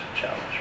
challenge